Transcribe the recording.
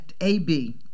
A-B